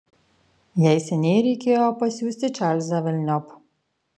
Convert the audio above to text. jai seniai reikėjo pasiųsti čarlzą velniop